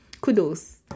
kudos